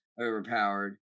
overpowered